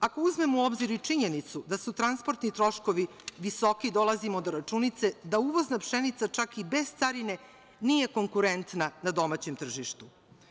Ako uzmemo u obzir i činjenicu da su transportni troškovi visoki, dolazimo do računice da uvozna pšenica čak i bez carine nije konkurentna na domaćem tržištu.